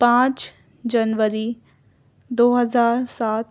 پانچ جنوری دو ہزار سات